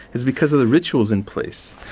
it's because of the rituals in place.